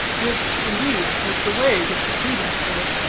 which, indeed, was the way with the prudent sort.